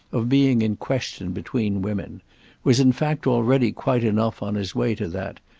of being in question between women was in fact already quite enough on his way to that,